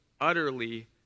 utterly